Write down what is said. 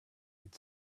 had